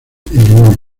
illinois